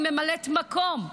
היא ממלאת מקום.